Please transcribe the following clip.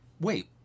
wait